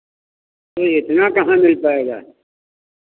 तो इतना कहाँ मिल पाएगा